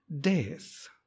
death